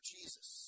Jesus